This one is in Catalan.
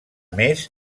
més